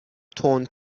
تند